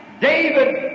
David